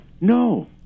no